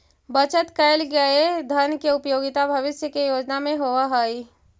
बचत कैल गए धन के उपयोगिता भविष्य के योजना में होवऽ हई